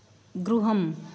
गृहम्